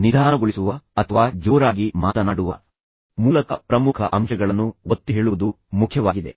ನಿಧಾನಗೊಳಿಸುವ ಅಥವಾ ಜೋರಾಗಿ ಮಾತನಾಡುವ ಮೂಲಕ ಪ್ರಮುಖ ಅಂಶಗಳನ್ನು ಒತ್ತಿಹೇಳುವುದು ಮುಖ್ಯವಾಗಿದೆ